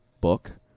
book